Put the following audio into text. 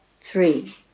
Three